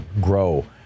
grow